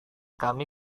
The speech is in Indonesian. kami